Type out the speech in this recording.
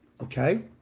Okay